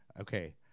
okay